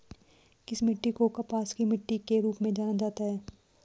किस मिट्टी को कपास की मिट्टी के रूप में जाना जाता है?